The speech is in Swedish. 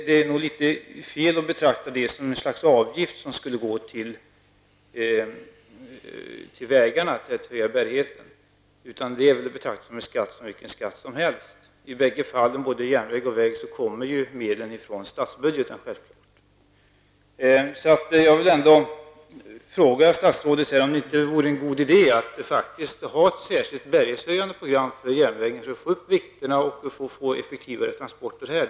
Det är nog litet fel att betrakta det som ett slags avgift som skulle gå till vägarna för att höja bärigheten, utan det är väl att betrakta som vilken skatt som helst. I båda fallen, järnvägen och vägarna, kommer ju självfallet medlen från statsbudgeten. Jag vill ändå fråga statsrådet om det inte vore en god idé att faktiskt ha ett särskilt bärighetshöjande program för järnvägen för att få upp vikten och få effektivare transporter.